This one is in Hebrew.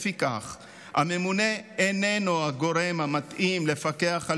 לפיכך הממונה אינו הגורם המתאים לפקח על